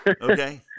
Okay